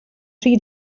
rhy